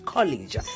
College